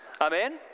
Amen